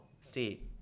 see